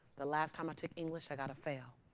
the last time i took english, i got a fail.